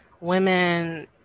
women